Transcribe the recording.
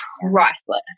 priceless